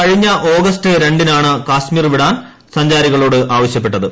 കഴിഞ്ഞ ഓഗസ്റ്റ് രണ്ടിനാണ് കശ്മീർ വിടാൻ സഞ്ചാരികളോട് ആവശ്യപ്പെട്ടത്